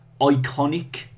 iconic